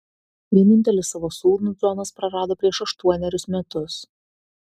vienintelį savo sūnų džonas prarado prieš aštuonerius metus